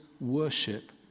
worship